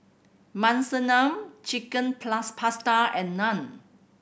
Monsunabe Chicken Pasta and Naan